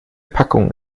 packung